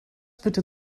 bitte